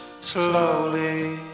Slowly